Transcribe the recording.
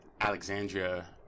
Alexandria